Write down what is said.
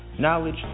knowledge